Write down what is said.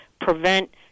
prevent